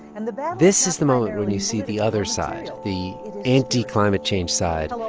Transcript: and the but this is the moment when you see the other side, the anti-climate change side,